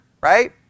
right